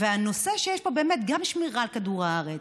ויש פה באמת גם שמירה על כדור הארץ,